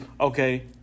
okay